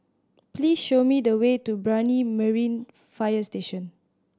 please show me the way to Brani Marine Fire Station